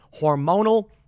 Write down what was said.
hormonal